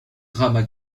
drama